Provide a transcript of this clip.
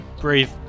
breathe